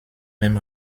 même